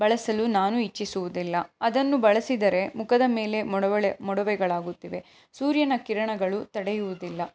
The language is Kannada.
ಬಳಸಲು ನಾನು ಇಚ್ಛಿಸುವುದಿಲ್ಲ ಅದನ್ನು ಬಳಸಿದರೆ ಮುಖದ ಮೇಲೆ ಮೊಡವೆಗಳೆ ಮೊಡವೆಗಳಾಗುತ್ತಿವೆ ಸೂರ್ಯನ ಕಿರಣಗಳು ತಡೆಯುವುದಿಲ್ಲ